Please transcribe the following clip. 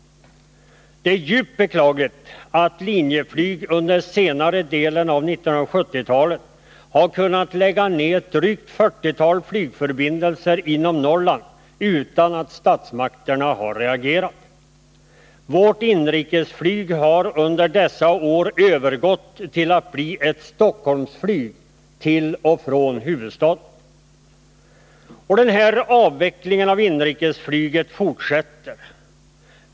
Det är djupt beklagligt att Linjeflyg under senare delen av 1970-talet har kunnat lägga ned ett 40-tal flygförbindelser inom Norrland utan att statsmakterna har reagerat. Vårt inrikesflyg har under dessa år övergått till att bli ett Stockholmsflyg — till och från huvudstaden. Och den här avvecklingen av inrikesflyget fortsätter.